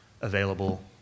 available